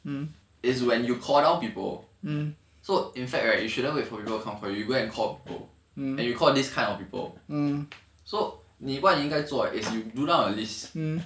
is when you call down people so in fact right you shouldn't wait for people come for you go and call people and you call this kind of people so 你应应该做的 is you do out a list